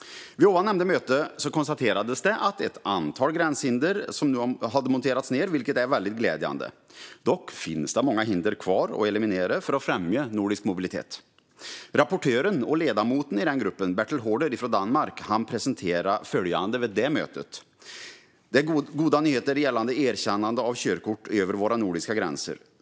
Vid nämnda möte konstaterades att ett antal gränshinder nu hade monterats ned, vilket är väldigt glädjande. Dock finns det många hinder kvar att eliminera för att främja nordisk mobilitet. Rapportören och ledamoten i gruppen, Bertel Haarder från Danmark, presenterade följande vid mötet: Det är goda nyheter gällande erkännande av körkort över våra nordiska gränser.